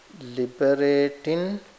liberating